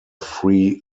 free